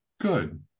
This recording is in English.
good